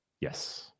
Yes